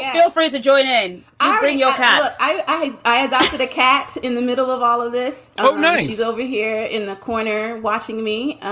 feel free to join in offering your house i i adopted a cat in the middle of all of this. oh, no. he's over here in the corner watching me and